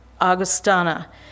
Augustana